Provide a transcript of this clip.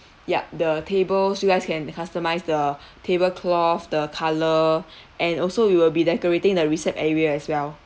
yup the tables you guys can customise the table cloth the color and also we will be decorating the recept~ area as well